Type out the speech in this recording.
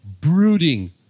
brooding